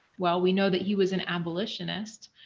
while we know that he was an abolitionist,